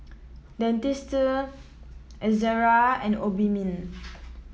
Dentiste Ezerra and Obimin